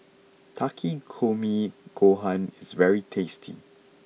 Takikomi Gohan is very tasty